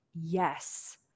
Yes